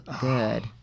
good